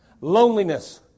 loneliness